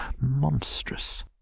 monstrous